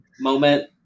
moment